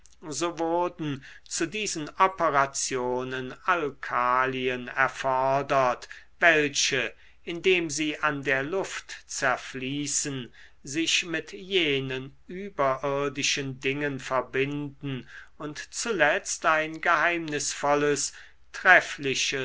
wurden zu diesen operationen alkalien erfordert welche indem sie an der luft zerfließen sich mit jenen überirdischen dingen verbinden und zuletzt ein geheimnisvolles treffliches